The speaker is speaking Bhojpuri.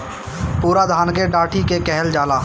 पुअरा धान के डाठी के कहल जाला